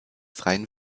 freien